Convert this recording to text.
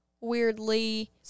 weirdly